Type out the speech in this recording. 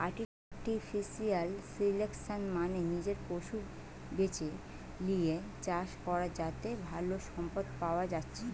artificial selection মানে নিজে পশু বেছে লিয়ে চাষ করা যাতে ভালো সম্পদ পায়া যাচ্ছে